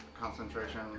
concentration